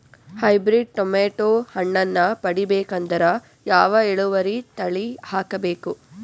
Hybrid tomato ಹಣ್ಣನ್ನ ಪಡಿಬೇಕಂದರ ಯಾವ ಇಳುವರಿ ತಳಿ ಹಾಕಬೇಕು?